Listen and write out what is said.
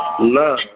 Love